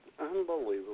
Unbelievable